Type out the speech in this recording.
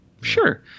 Sure